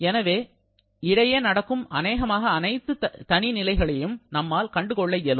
எனவே இடையே நடக்கும் அனேகமாக அனைத்து தனி நிலைகளையும் நம்மால் கண்டுகொள்ள இயலும்